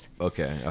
okay